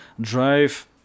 drive